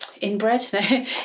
Inbred